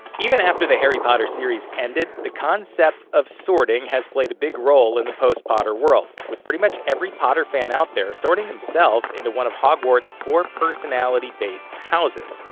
even after the harry potter series ended, the concept of sorting has played a big role in a post-potter world, with pretty much every potter fan out there sorting themselves into one of hogwarts' four personality-based houses.